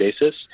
basis